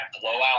blowout